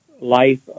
life